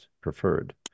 preferred